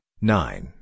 nine